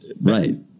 Right